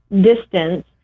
distance